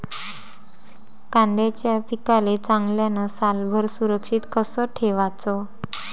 कांद्याच्या पिकाले चांगल्यानं सालभर सुरक्षित कस ठेवाचं?